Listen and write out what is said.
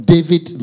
David